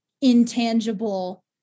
intangible